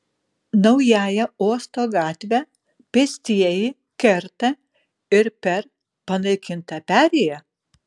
naująją uosto gatvę pėstieji kerta ir per panaikintą perėją